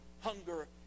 hunger